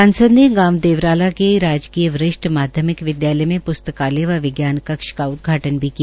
सांसद ने गांव देवराला के राजकीय वरिष्ठ माध्यमिक विदयालय में पुस्तकालय व विज्ञान कक्ष का उदघाटन भी किया